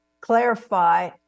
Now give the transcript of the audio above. clarify